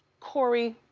corey.